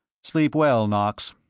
sleep well, knox.